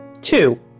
Two